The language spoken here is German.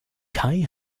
kai